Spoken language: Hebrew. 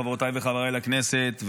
חברותיי וחברי לכנסת,